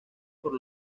por